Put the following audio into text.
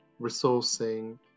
resourcing